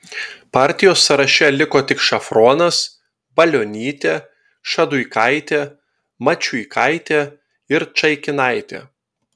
partijos sąraše liko tik šafronas balionytė šaduikaitė mačiuikaitė ir čaikinaitė